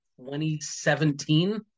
2017